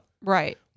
Right